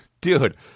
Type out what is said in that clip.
dude